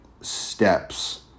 steps